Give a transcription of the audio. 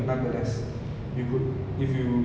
mm okay lah but